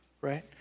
right